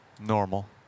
normal